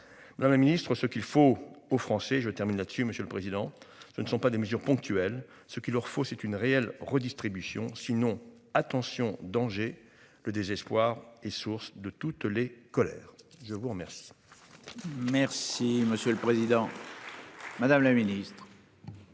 Madame la Ministre, ce qu'il faut aux Français je termine là-dessus. Monsieur le président je ne sont pas des mesures ponctuelles, ce qu'il leur faut c'est une réelle redistribution sinon, attention danger le désespoir est source de toutes les colères, je vous remercie.